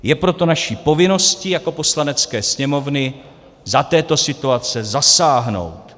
Je proto naší povinností jako Poslanecké sněmovny za této situace zasáhnout.